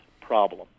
problem